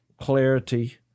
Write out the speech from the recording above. clarity